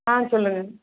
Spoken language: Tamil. ஆ சொல்லுங்கள்